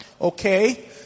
Okay